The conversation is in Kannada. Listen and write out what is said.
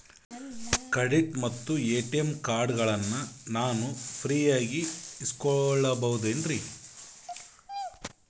ಕ್ರೆಡಿಟ್ ಮತ್ತ ಎ.ಟಿ.ಎಂ ಕಾರ್ಡಗಳನ್ನ ನಾನು ಫ್ರೇಯಾಗಿ ಇಸಿದುಕೊಳ್ಳಬಹುದೇನ್ರಿ?